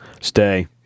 Stay